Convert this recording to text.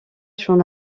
j’en